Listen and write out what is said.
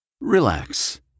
Relax